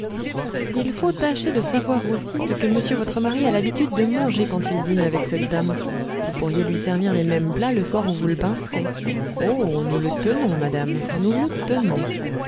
il faudrait tâcher de savoir aussi ce que monsieur votre mari a l'habitude de manger quand il dîne avec cette dame vous pourriez lui servir les mêmes plats le soir où vous le pincerez oh nous le tenons madame nous le tenons